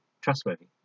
trustworthy